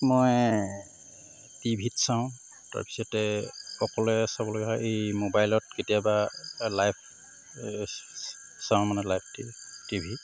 ঠিক মই টিভিত চাওঁ তাৰপাছতে অকলে চাবলগা হয় এই মোবাইলত কেতিয়াবা লাইভ চাওঁ মানে live TV T V